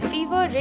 Fever